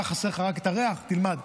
אתה, חסר לך רק ריח, תלמד.